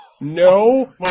No